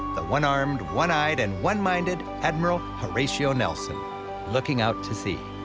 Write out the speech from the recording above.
the one-armed, one-eyed, and one-minded admiral horatio nelson looking out to sea.